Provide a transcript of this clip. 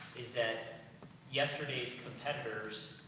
is that yesterday's competitors,